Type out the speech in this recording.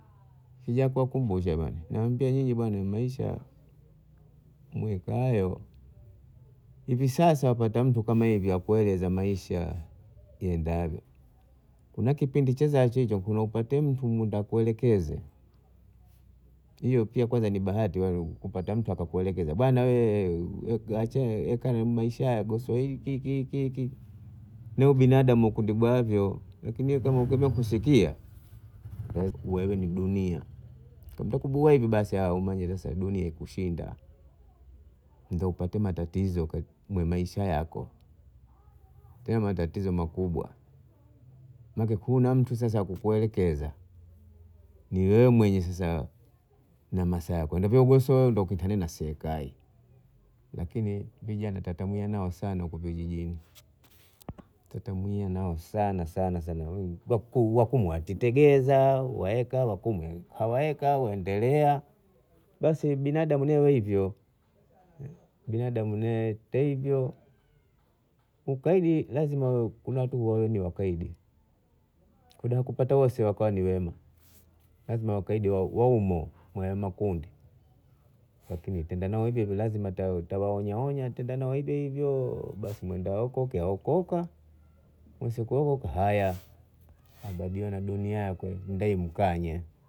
kija kuwakumbusha bhana nawaambia nyinyi maisha mekaayo hivi sasa wapata mtu akueleza maisha yaendavyo unakipindi chezaa hichohicho wenda upate mtu akuelekeze hiyo pia kwanza ni bahati kupata mtu akakuelekeza bwana achana ekaa na maisha haya gosoa hiki hiki hiki na ubinadamu ukidibhavyo lakini ekabha hukusikia wewe ni dunia kendakuduahivi basi umanyile saa dunia ikushinda ndo upate matatizo mwe maisha yako tena matatizo makubwa, make huna mtu sasa wa kukuelekeza ni wewe mwenyewe sasa na masaa yako ndivyougosoa ndiukutane na seikai lakini vijana tatamua nao sana huku vijijini tatamue nao sana sana wako wakumwe watitegeza wakumwe hawaeka waendelea basi binadamu newe hivyo binadamu newe hivyo, kukaidi lazima watu wawe ni wakaidi udaha kupata wose wakawa ni wema lazima wawem lazima wakaidi waumo mwaya makundi lakini tenda nao hivyohivyo lazima tawaonyaonya tenda nao hivyohivyo basi mwendaokoke aokoka nasukuru haya, abhagile na dunia yako enda imkanye